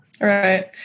Right